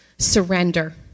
Surrender